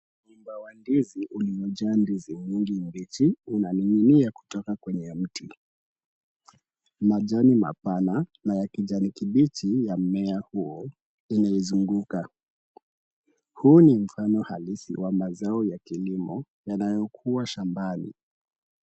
Mgomba wa ndizi uliojaa ndizi mwingi mbichi unaning'inia kutoka kwenye ya miti. Majani mapana na kijani kibichi ya mmea huo inaizunguka. Huu ni mfano halisi wa mazao ya kilimo yanayokuwa shambani.